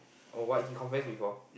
oh what he confess before